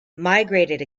migrated